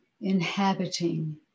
inhabiting